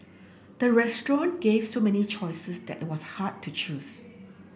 the restaurant gave so many choices that it was hard to choose